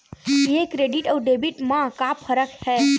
ये क्रेडिट आऊ डेबिट मा का फरक है?